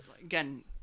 Again